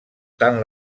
tant